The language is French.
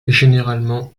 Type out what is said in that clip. généralement